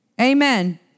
Amen